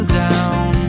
down